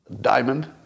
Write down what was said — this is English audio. diamond